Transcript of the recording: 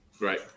Right